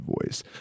voice